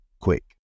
quick